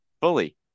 fully